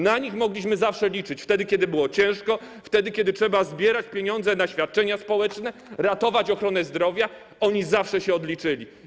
Na nich zawsze mogliśmy liczyć: wtedy kiedy było ciężko, wtedy kiedy trzeba zbierać pieniądze na świadczenia społeczne, ratować ochronę zdrowia, oni zawsze się odliczali.